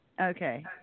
Okay